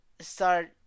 start